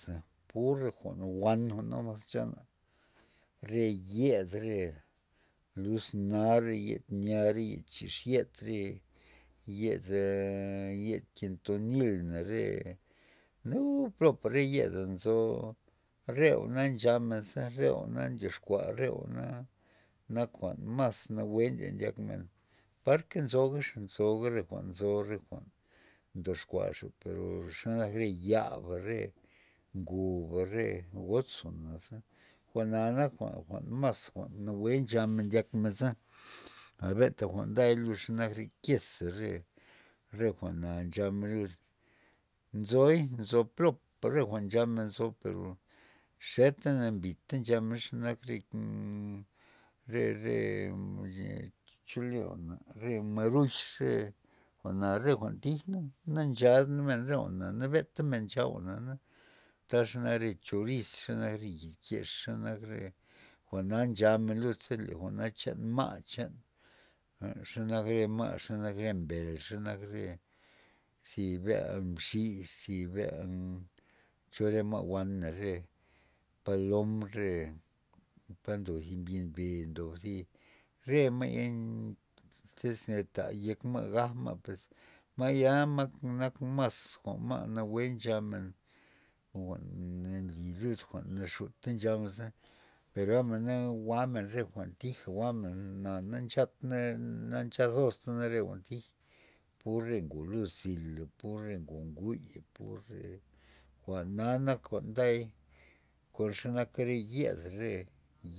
Pur re jwa'n wan jwa'na jwa'n chan re yed re luzna re yennya re yed chix yed re yed a yed kentonil re uuu plopa re yeda nzo re jwa'na nchamenza re jwa'na ndyoxkua re jwa'na nak jwa'n mas nawue ndyak men parka nzogaxa nzo jwa'n nzo re jwa'n ndoxkuaxa per xe nak re ya'ba re ngoba regox jwa'naza jwa'na nak jwa'n mas jwa'n nawue nchak men ndyak men za, a benta jwa'n nday lud xe nak re keza re jwa'na nchamen lud nzoy nzo plopa re jwa'n nchamen nzo per xeta nambita nchamen xenak re- re chole jwa'na re maruch re jwa'na re jwa'n tij na za nxad men re jwa'na na nabeta men chamen re jwa'na tax nak re cho riz xanak re ngid kex xanak re jwa'na nchamen lud za na chan ma chan jwa'n xenka re ma' xabak re mbel xanak re zi bea' mxiz si le cho re ma' wana re palom re pa ndob thi mbinbe ze ndob zi re ma'ya tyz ta yek ma' gaj ma' pues ma'ya nak- nak mas jwa'n mas nawue nchamen jwa'n nli lud jwa'n naxutka nchamen za per gab mena jwa'men re jwa'n jwa'men na nchatna na nchad zosta re jwa'n tij pur re ngol lo zil lo pur re nguy pur lo re jwa'na nak jwa'n nday kon xe nak re yeda re.